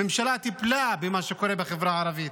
הממשלה טיפלה במה שקורה בחברה הערבית,